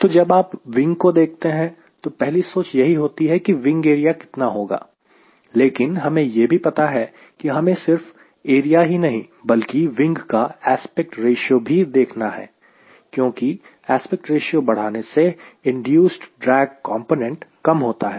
तो जब आप विंग को देखते हैं तो पहली सोच यही होती है की विंग एरिया कितना होगा लेकिन हमें यह भी पता है की हमें सिर्फ एरिया ही नहीं बल्कि विंग का एस्पेक्ट रेशियो भी देखना है क्योंकि एस्पेक्ट रेशियो बढ़ाने से इंड्यूस ड्रैग कॉम्पोनेंट कम होता है